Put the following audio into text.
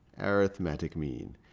arithmetic mean.